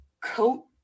coat